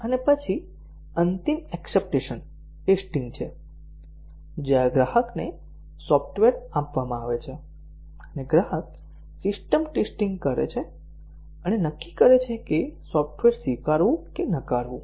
અને પછી અંતિમ એક્ષપ્ટન્સ ટેસ્ટીંગ છે જ્યાં ગ્રાહકને સોફ્ટવેર આપવામાં આવે છે અને ગ્રાહક સિસ્ટમ ટેસ્ટીંગ કરે છે અને નક્કી કરે છે કે સોફ્ટવેર સ્વીકારવું કે નકારવું